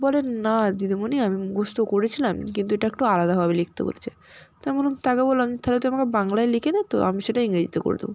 বলে না দিদিমণি আমি মুখস্ত করেছিলাম কিন্তু এটা একটু আলাদাভাবে লিখতে বলেছে তো আমি বললাম তাকে বললাম তাহলে তুই আমাকে বাংলায় লিখে দে তো আমি সেটা ইংরেজিতে করে দেবো